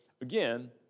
again